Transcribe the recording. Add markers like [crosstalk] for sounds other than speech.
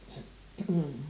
[coughs]